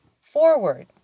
forward